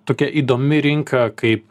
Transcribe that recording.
tokia įdomi rinka kaip